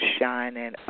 shining